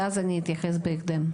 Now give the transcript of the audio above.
ואז אני אתייחס בהקדם.